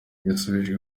yasubije